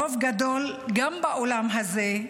רוב גדול, גם בעולם הזה,